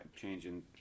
changing